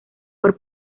por